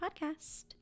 podcast